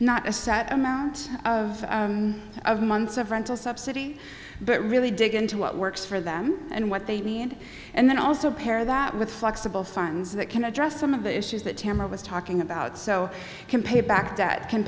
not a set amount of of months of rental subsidy but really dig into what works for them and what they need and then also pair that with flexible funds that can address some of the issues that tamar was talking about so can pay back debt can